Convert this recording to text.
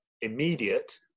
immediate